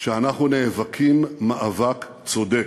שאנחנו נאבקים מאבק צודק.